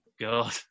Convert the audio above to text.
God